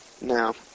No